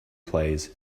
plays